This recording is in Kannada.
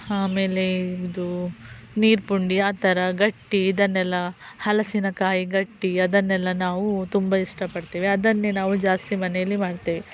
ಆಮೇಲೆ ಇದು ನೀರು ಪುಂಡಿ ಆ ಥರ ಗಟ್ಟಿ ಇದನ್ನೆಲ್ಲ ಹಲಸಿನಕಾಯಿ ಗಟ್ಟಿ ಅದನ್ನೆಲ್ಲ ನಾವು ತುಂಬ ಇಷ್ಟಪಡ್ತೇವೆ ಅದನ್ನೇ ನಾವು ಜಾಸ್ತಿ ಮನೆಯಲ್ಲಿ ಮಾಡ್ತೇವೆ